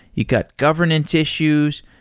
you got governance issues.